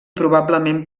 probablement